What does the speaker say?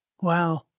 Wow